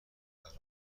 برای